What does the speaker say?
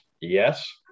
Yes